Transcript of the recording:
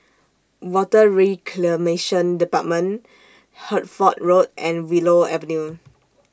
Water Reclamation department Hertford Road and Willow Avenue